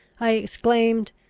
i exclaimed,